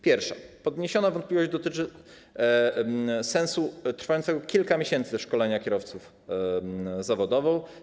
Pierwsza podniesiona wątpliwość dotyczy sensu trwającego kilka miesięcy szkolenia kierowców zawodowych.